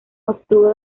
obtuvo